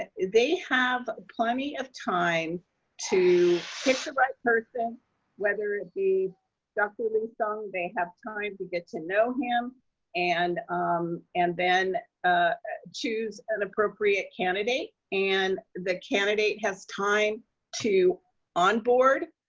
and they have plenty of time to pick the right person whether it be russell lee-sung, they have time to get to know him and and then choose an appropriate candidate, and the candidate has time to onboard.